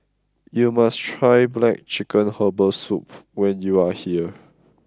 you must try Black Chicken Herbal Soup when you are here